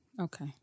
Okay